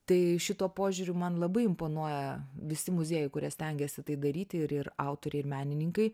tai šituo požiūriu man labai imponuoja visi muziejai kurie stengiasi tai daryti ir ir autoriai ir menininkai